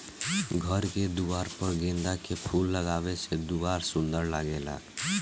घर के दुआर पर गेंदा के फूल लगावे से दुआर सुंदर लागेला